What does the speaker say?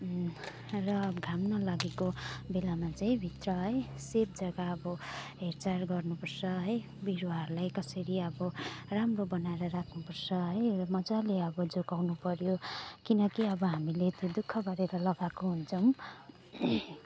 र घाम नलागेको बेलामा चाहिँ भित्र है सेफ जग्गा अब हेरचार गर्नुपर्छ है बिरुवाहरूलाई कसरी अब राम्रो बनाएर राख्नुपर्छ है मजाले अब जोगाउनुपर्यो किनकि अब हामीले त्यो दुःख गरेर लगाएको हुन्छौँ